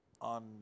On